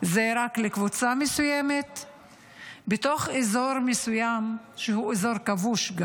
זה רק לקבוצה מסוימת בתוך אזור מסוים שהוא גם אזור כבוש,